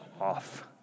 off